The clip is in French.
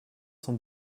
cent